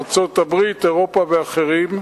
ארצות-הברית, אירופה ואחרים,